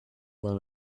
than